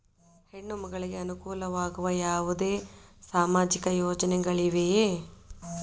ಹೆಣ್ಣು ಮಕ್ಕಳಿಗೆ ಅನುಕೂಲವಾಗುವ ಯಾವುದೇ ಸಾಮಾಜಿಕ ಯೋಜನೆಗಳಿವೆಯೇ?